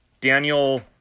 Daniel